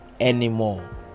anymore